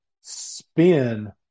spin